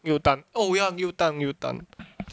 六单 oh ya 六单六单